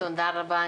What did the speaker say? תודה רבה,